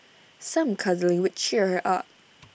some cuddling would cheer her up